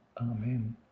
Amen